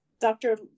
Dr